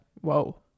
Whoa